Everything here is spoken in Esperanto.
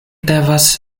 devas